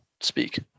speak